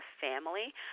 family